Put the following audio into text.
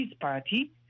party